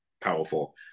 powerful